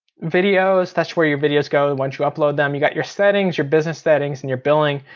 videos, that's where your videos go and once you upload them. you got your settings, your business settings and your billing.